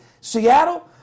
Seattle